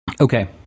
Okay